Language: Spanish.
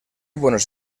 buenos